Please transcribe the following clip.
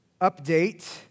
update